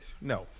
No